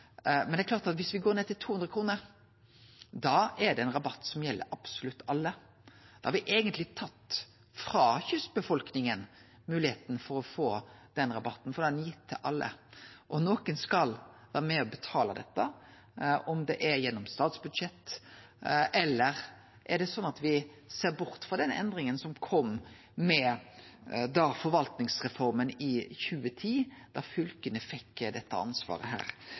Men det er klart at dersom me går ned til 200 kr, er det ein rabatt som gjeld absolutt alle. Da har me eigentleg tatt frå kystbefolkninga moglegheita for å få den rabatten, for da er den gitt til alle. Og nokon skal vere med og betale dette, anten det skjer gjennom statsbudsjett eller om det er sånn at me ser bort frå denne endringa som kom med forvaltningsreforma i 2010, da fylka fekk dette ansvaret.